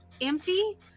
empty